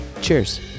Cheers